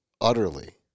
utterly